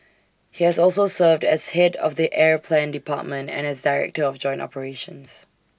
he has also served as Head of the air plan department and as desire to of joint operations